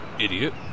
Idiot